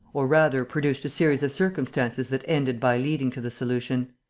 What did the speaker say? or rather produced a series of circumstances that ended by leading to the solution.